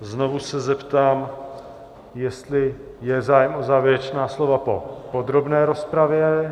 Znovu se zeptám, jestli je zájem o závěrečná slova po podrobné rozpravě.